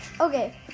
okay